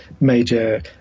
major